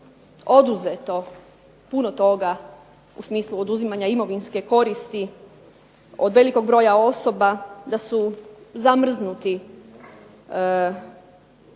oduzeto puno toga u smislu oduzimanja imovinske koristi od velikog broja osoba da su zamrznuti,